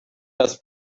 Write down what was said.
das